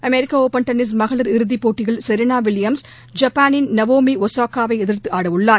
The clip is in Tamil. அமெரிக்க ஒப்பன் டென்னிஸ் மகளிர் இறுதிப்போட்டியில் செரினா வில்லியம்ஸ் ஜப்பானின் நவோமி ஒசாகா வை எதிர்த்து ஆடவுள்ளார்